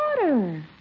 water